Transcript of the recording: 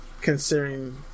considering